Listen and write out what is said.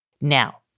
now